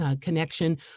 connection